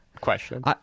question